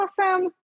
awesome